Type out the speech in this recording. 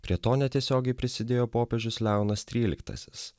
prie to netiesiogiai prisidėjo popiežius leonas tryliktasis